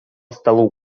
столу